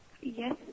Yes